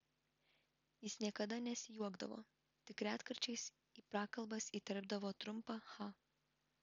jis niekada nesijuokdavo tik retkarčiais į prakalbas įterpdavo trumpą cha